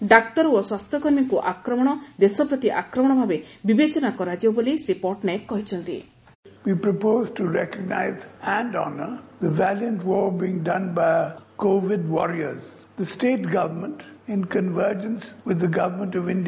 ଡାକ୍ତର ଓ ସ୍ୱାସ୍ଥ୍ୟକର୍ମୀଙ୍କୁ ଆକ୍ରମଣ ଦେଶପ୍ରତି ଆକ୍ରମଣ ଭାବେ ବିବେଚନା କରାଯିବ ବୋଲି ଶ୍ରୀ ପଟ୍ଟନାୟକ କହିଚ୍ଚନ୍ତି